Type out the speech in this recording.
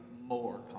more